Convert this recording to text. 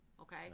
okay